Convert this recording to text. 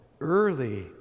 early